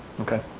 okay?